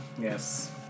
Yes